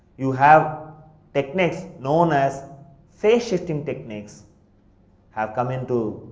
you have techniques known as phase shifting techniques have come in to